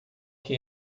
que